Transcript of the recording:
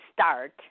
start